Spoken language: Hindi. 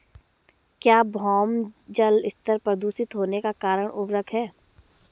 क्या भौम जल स्तर प्रदूषित होने का कारण उर्वरक है?